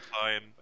time